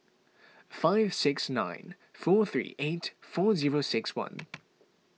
five six nine four three eight four zero six one